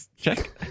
Check